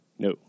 No